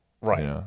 right